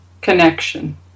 connection